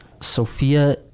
Sophia